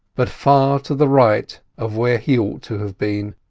but far to the right of where he ought to have been.